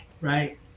right